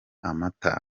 amata